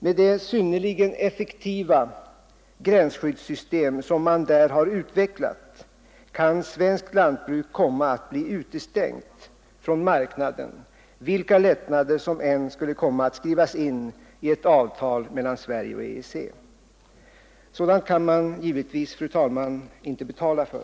Med det synnerligen effektiva gränsskyddssystem som man där har utvecklat kan svenskt lantbruk komma att bli utestängt från marknaden, vilka lättnader som än skulle skrivas in i ett avtal mellan Sverige och EEC. Sådant skall man, fru talman, givetvis inte betala för.